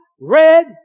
red